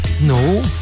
No